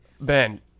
Ben